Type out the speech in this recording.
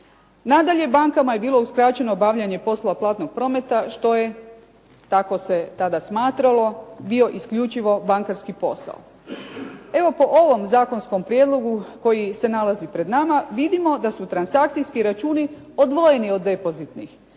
Nadalje, bankama je bilo uskraćeno obavljanje poslova platnog prometa što je, tako se tada smatralo, bio isključivo bankarski posao. Evo po ovom zakonskom prijedlogu koji se nalazi pred nama vidimo da su transakcijski računi odvojeni od depozitnih